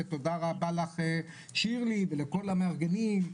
ותודה רבה לך שירלי ולכל המארגנים,